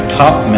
top